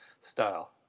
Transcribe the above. style